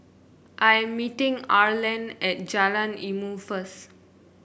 I'm meeting Arland at Jalan Ilmu first